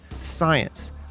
science